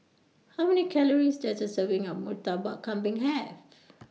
How Many Calories Does A Serving of Murtabak Kambing Have